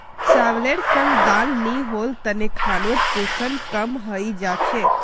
चावलेर संग दाल नी होल तने खानोत पोषण कम हई जा छेक